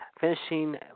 finishing